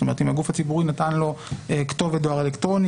זאת אומרת אם הגוף הציבורי נתן לו כתובת דואר אלקטרוני